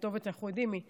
אנחנו יודעים מי הכתובת,